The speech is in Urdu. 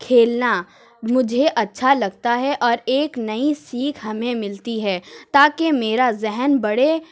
کھیلنا مجھے اچھا لگتا ہے اور ایک نئی سیکھ ہمیں ملتی ہے تاکہ میرا ذہن بڑھے